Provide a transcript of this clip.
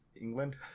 England